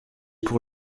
pour